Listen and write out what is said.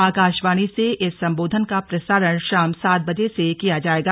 आकाशवाणी से इस संबोधन का प्रसारण शाम सात बजे से किया जायेगा